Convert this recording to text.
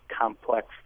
complex